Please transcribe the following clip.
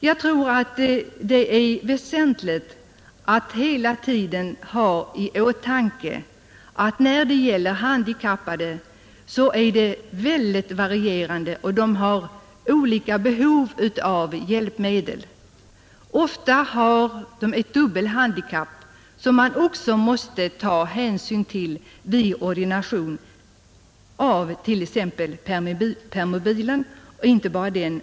Jag tror att det är väsentligt att hela tiden ha i åtanke att handikappade har mycket olika behov av hjälpmedel. Ofta har de ett dubbelhandikapp som man också måste ta hänsyn till vid ordination av olika hjälpmedel.